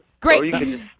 Great